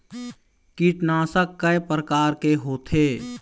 कीटनाशक कय प्रकार के होथे?